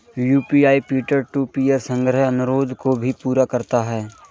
UPI peer to peer संग्रह अनुरोध को भी पूरा करता है